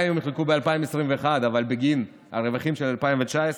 גם אם הם חילקו ב-2021 אבל בגין הרווחים של 2019,